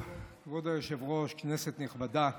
כבוד היושב-ראש, כנסת נכבדה,